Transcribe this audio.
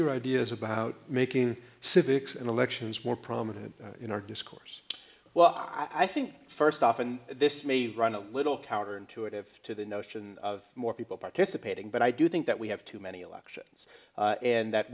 your ideas about making civics and elections more prominent in our discourse well i think first off and this may run a little counterintuitive to the notion of more people participating but i do think that we have too many elections and that